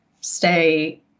stay